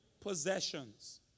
Possessions